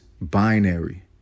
Binary